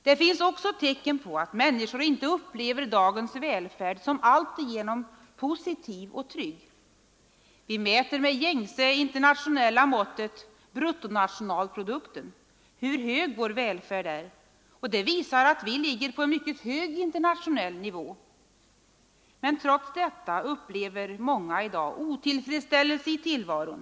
Det finns också tecken på att människor inte upplever dagens välfärd som alltigenom positiv och trygg. Vi mäter med det gängse internationella måttet, bruttonationalprodukten, hur hög vår välfärd är, och det visar att vi ligger på en mycket hög internationell nivå. Men trots detta upplever många i dag en otillfredsställelse i tillvaron.